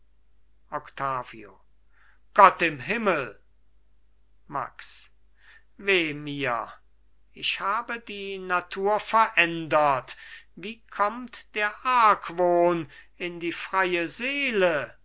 gott im himmel max weh mir ich habe die natur verändert wie kommt der argwohn in die freie seele